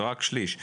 זה רק שליש.